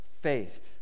faith